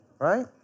right